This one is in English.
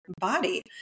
body